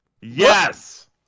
Yes